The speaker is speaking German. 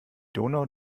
donau